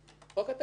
חוק התקציב.